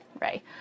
right